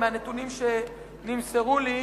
לפי הנתונים שנמסרו לי,